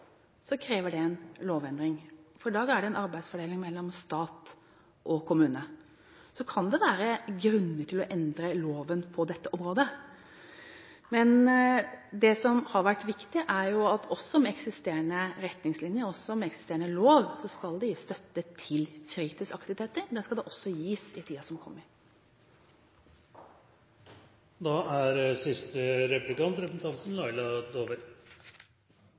Så kan det være grunner til å endre loven på dette området. Men det som har vært viktig, er at også med eksisterende retningslinjer, også med eksisterende lov, skal det gis støtte til fritidsaktiviteter. Dette skal også gis i tiden som kommer. Da er siste replikant representanten Laila